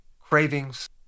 cravings